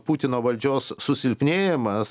putino valdžios susilpnėjimas